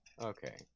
Okay